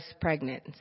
pregnant